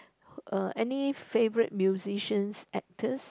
err any favourite musicians actors